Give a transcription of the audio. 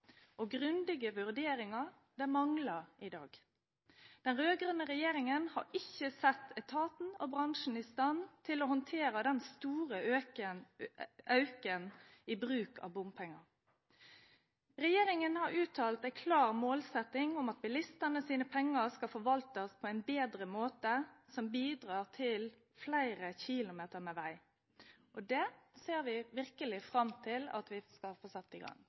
Grundige vurderinger mangler i dag. Den rød-grønne regjeringen har ikke satt etaten og bransjen i stand til å håndtere den store økningen i bruk av bompenger. Regjeringen har en klart uttalt målsetting om at bilistenes penger skal forvaltes på en bedre måte som bidrar til flere kilometer med vei. Det ser vi virkelig fram til at vi får satt i gang.